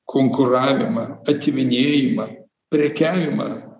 konkuravimą atiminėjimą prekiavimą